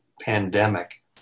pandemic